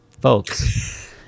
folks